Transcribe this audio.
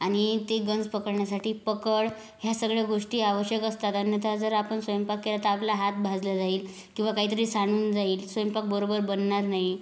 आणि ते गंज पकडण्यासाठी पकड या सगळ्या गोष्टी आवश्यक असतात अन्यथा जर आपण स्वयंपाक केला तर आपला हात भाजला जाईल किंवा काहीतरी सांडून जाईल स्वयंपाक बरोबर बनणार नाही